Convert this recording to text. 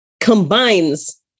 combines